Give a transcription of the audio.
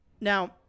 Now